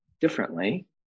differently